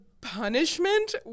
punishment